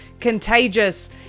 contagious